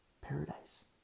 Paradise